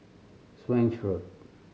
Swanage Road